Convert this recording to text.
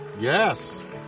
Yes